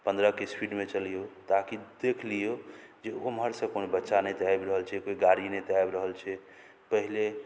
पन्द्रहके स्पीडमे चलियौ ताकि देख लियौ जे ओम्हर सऽ कोनो बच्चा नहि तऽ आबि रहल छै कोइ गाड़ी नहि तऽ आबि रहल छै पहिले